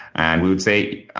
and we would say,